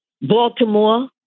Baltimore